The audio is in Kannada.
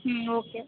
ಹ್ಞೂ ಓಕೆ